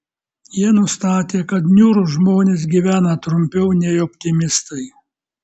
jie nustatė kad niūrūs žmonės gyvena trumpiau nei optimistai